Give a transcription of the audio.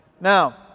Now